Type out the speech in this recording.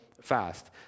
fast